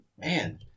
man